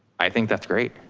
i think that's great.